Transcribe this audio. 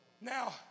Now